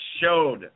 showed